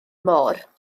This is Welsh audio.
môr